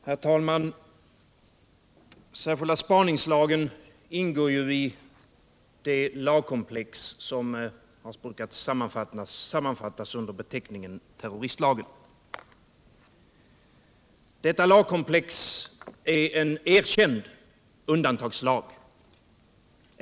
Herr talman! Särskilda spaningslagen ingår i det lagkomplex som har brukat sammanfattas under beteckningen terroristlagen. Detta lagkomplex är en erkänd undantagslag.